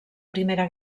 primera